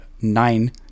nine